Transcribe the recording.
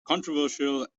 controversial